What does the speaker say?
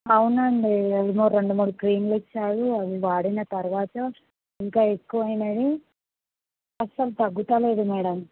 అవును అండి అవి కూడా రెండు మూడు క్రీమ్లు ఇచ్చారు అవి వాడిన తరువాత ఇంకా ఎక్కువ అయినాయి అస్సలు తగ్గడంలేదు మేడమ్